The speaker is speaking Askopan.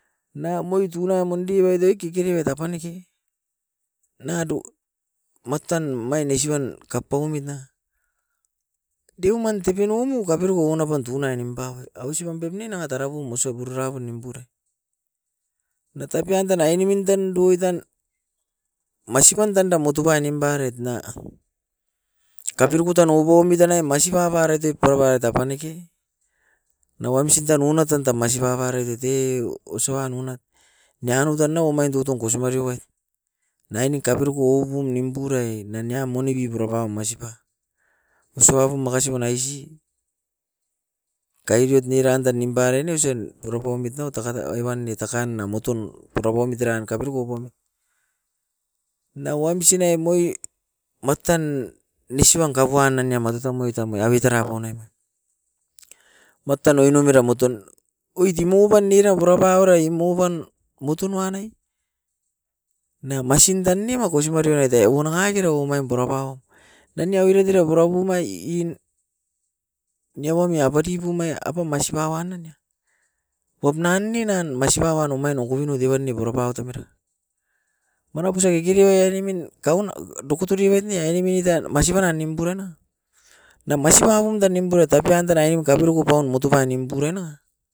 Nam oi tunai mondi waitai kekerebet apaneke nangado matan omain nesiban kapaumit na. Deuman tapenoumu kaperoko wan apan tunai nimpaoit ausipan pep ne nanga tarabum ausa burara bun nimpura. Natapian tan ainemin tan boitan masipan tanda motobai nimpairet na kabirubu tan oubomite nai masiba bairete piabai tapaneke, na wamsin tan unat tan ta masiba baretete osoan unat. Nianum tanai omain tutun kosimario ait, niamin kapirioko oubum nimpurae naniam moni bibura pam masipa. Masibabum makasi banaisi kaibiot neran tan nimpare niosen purapaumit nao takare oibanoit na takan na moton purapomit eran kapiroko kuam. Na wamsin naim oi matan nisiban kapuanenia matotamuai tamia abit era ponemit, matan oinum era moton oit i mouban eran purapaorait imouban moton wan nai. Nia masin tan ne bakosimare mait ta e wan na kaikeroko omaim purapau daini aireke purapumai iin nia wamia patipumai apaum maisipa wan nai wap nan ne nan masipa wan nou omain ne kobinoti wan ne purapaut amera. Manap osa kikire ainemin kauna bakoturi evat ne ainemin itan masipa nan nimpu rana, nia masipaum dan nimpua topian tara iin kapiroko paun motobai nimpurae na.